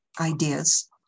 ideas